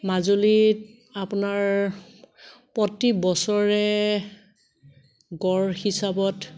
মাজুলীত আপোনাৰ প্ৰতি বছৰে গড় হিচাপত